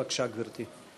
בבקשה, גברתי.